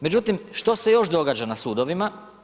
Međutim, što se još događa na sudovima?